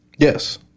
Yes